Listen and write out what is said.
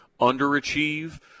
underachieve